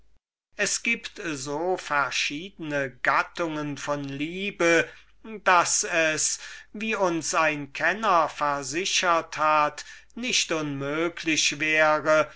es gibt so verschiedne gattungen von liebe daß es wie uns ein kenner derselben versichert hat nicht unmöglich wäre